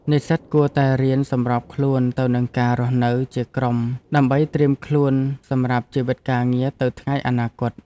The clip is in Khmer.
និស្សិតគួរតែរៀនសម្របខ្លួនទៅនឹងការរស់នៅជាក្រុមដើម្បីត្រៀមខ្លួនសម្រាប់ជីវិតការងារទៅថ្ងៃអនាគត។